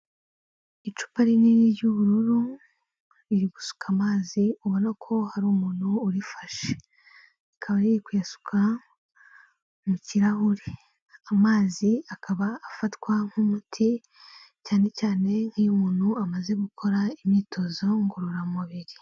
Icupa rinini ry'ubururu riri gusuka amazi ubona ko hari umuntu urifashe, rikaba riri kuyasuka mu kirahuri, amazi akaba afatwa nk'umuti cyane cyane nk'iyo umuntu amaze gukora imyitozo ngororamubiri.